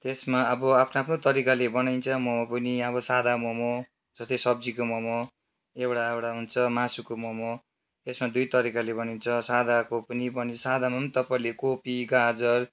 त्यसमा अब आफ्नो आफ्नो तरिकाले बनाइन्छ मोमो पनि आबो सादा मोमो जस्तै सब्जीको मोमो एउटा एउटा हुन्छ मासुको मोमो त्यसमा दुई तरिकाले बनिन्छ सादाको पनि सादामा पनि तपाईँले कोपी गाजर